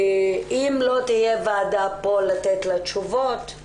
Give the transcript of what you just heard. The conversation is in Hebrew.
ואם לא תהיה פה ועדה לתת תשובות,